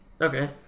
Okay